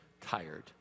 tired